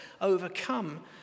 overcome